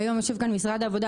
היום יושב פה משרד העבודה,